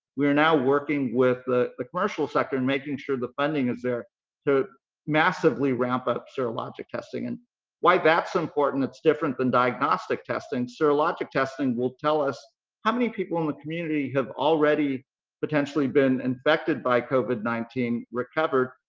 we're now working with the the commercial sector and making sure the funding is there to massively ramp up serologic testing and why that's important. it's different than diagnostic testing. serologic testing will tell us how many people in the community have already potentially been infected by covid nineteen, recovered,